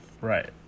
right